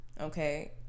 Okay